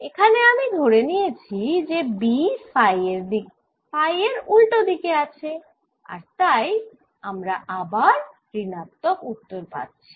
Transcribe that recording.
এখানে আমি ধরে নিয়েছি যে B ফাই এর উল্টো দিকে আছে আর তাই আমরা আবার ঋণাত্মক উত্তর পাচ্ছি